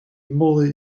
moly